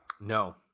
No